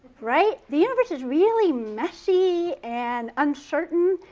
right? the universe is really messy and uncertain,